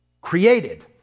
created